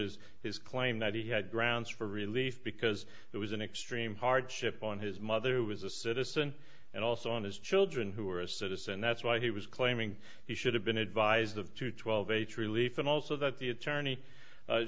his his claim that he had grounds for relief because there was an extreme hardship on his mother who was a citizen and also on his children who are a citizen and that's why he was claiming he should have been advised of two twelve a three leaf and also that the attorney